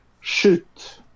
shoot